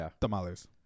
tamales